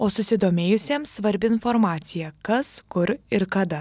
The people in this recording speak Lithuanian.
o susidomėjusiems svarbi informacija kas kur ir kada